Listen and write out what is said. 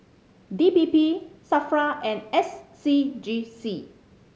D P P SAFRA and S C G C